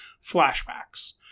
flashbacks